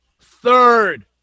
third